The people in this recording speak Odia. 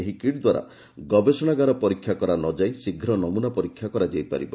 ଏହି କିଟ୍ ଦ୍ୱାରା ଗବେଷଣାଗାର ପରୀକ୍ଷା କରାନଯାଇ ଶୀଘ୍ର ନମୁନା ପରୀକ୍ଷା କରାଯାଇ ପାରିବ